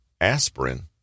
aspirin